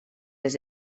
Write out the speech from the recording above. des